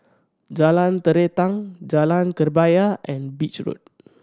Jalan Terentang Jalan Kebaya and Beach Road